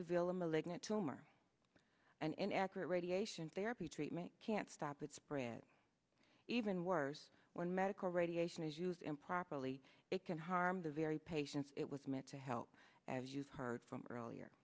reveal a malignant tumor and accurate radiation therapy treatment can't stop it spread even worse when medical radiation is used pollie it can harm the very patients it was meant to help as you've heard from earlier